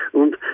und